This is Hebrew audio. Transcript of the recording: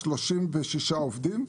יש 36 עובדים,